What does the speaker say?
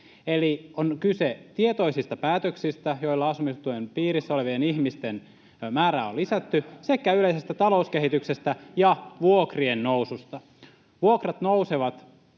Kiuru: Kokoomuksen päätöksestä!] joilla asumistuen piirissä olevien ihmisten määrää on lisätty, sekä yleisestä talouskehityksestä ja vuokrien noususta. Vuokrat nousevat